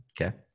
Okay